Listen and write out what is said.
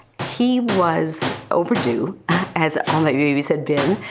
he was overdue as all my babies had been.